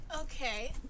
Okay